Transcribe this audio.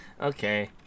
Okay